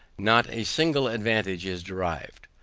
not a single advantage is derived.